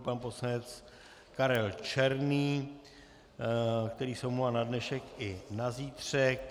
Pan poslanec Karel Černý, který se omlouvá na dnešek i na zítřek.